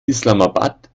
islamabad